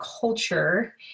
culture